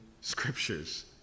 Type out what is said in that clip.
scriptures